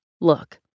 look